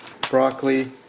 broccoli